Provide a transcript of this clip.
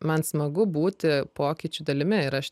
man smagu būti pokyčių dalimi ir aš